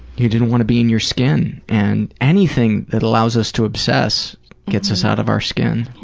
you didn't wanna be in your skin, and anything that allows us to obsess gets us out of our skin.